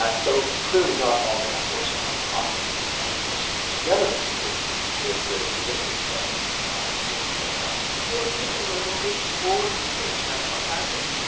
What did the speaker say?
so clearly not all metaphors are processed as metaphors. at the other extreme there's the position that george lakoff. you are thick in the linguistic wars with george lakoff, aren't you.